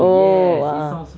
oh ah